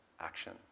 action